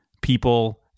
People